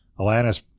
Alanis